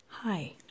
Hi